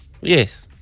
Yes